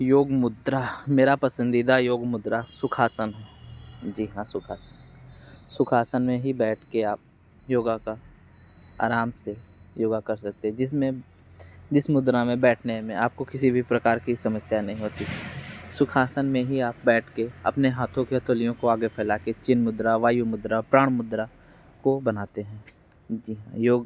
योग मुद्रा मेरा पसंदीदा योग मुद्रा सुखासन है जी हाँ सुखासन सुखासन में ही बैठके आप योगा का आराम से योगा कर सकते है जिसमें जिस मुद्रा में आपको बैठने में आपको किसी भी प्रकार कि समस्या नहीं होती सुखासन में ही आप बैठके अपने हाथों की हथोलियों को आगे फैला के चिन मुद्रा वायु मुद्रा प्राण मुद्रा को बनाते हैं जी योग